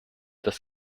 das